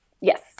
Yes